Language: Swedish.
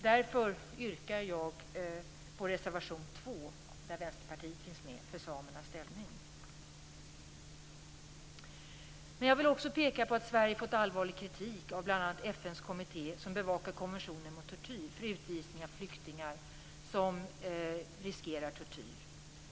Därför yrkar jag bifall till reservation 2, där Vänsterpartiet finns med, för samernas ställning. Jag vill också peka på att Sverige har fått allvarlig kritik av bl.a. FN:s kommitté, som bevakar konventionen mot tortyr, för utvisning av flyktingar som riskerar tortyr.